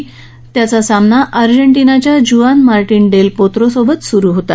त्यात त्याचा सामना अर्जेटिनाच्या ज्युआन मार्टिन डेल पोत्रोसोबत सुरु होता